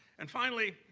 and finally,